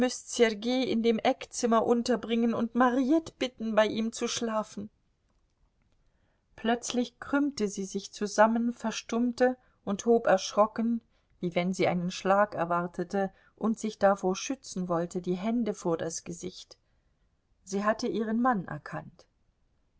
in dem eckzimmer unterbringen und mariette bitten bei ihm zu schlafen plötzlich krümmte sie sich zusammen verstummte und hob erschrocken wie wenn sie einen schlag erwartete und sich davor schützen wollte die hände vor das gesicht sie hatte ihren mann erkannt